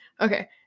Okay